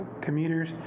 commuters